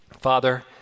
Father